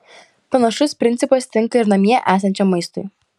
panašus principas tinka ir namie esančiam maistui